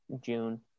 June